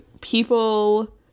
people